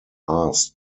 asked